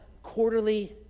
quarterly